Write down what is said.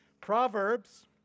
Proverbs